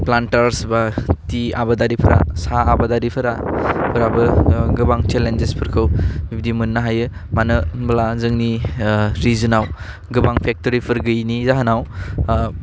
planters बा थि आबादारिफ्रा साह आबादारिफोरा फोराबो ओह गोबां सेलेनजेसफोरखौ बेबायदि मोननो हायो मानो होमब्ला जोंनि ओह रिजनाव गोबां पेक्टरिफोर गैयैनि जाहोनाव ओह